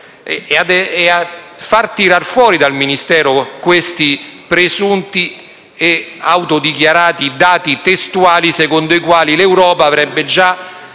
e a far tirar fuori dal Ministero anche questi presunti e autodichiarati dati testuali, secondo i quali l'Europa avrebbe già